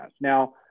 Now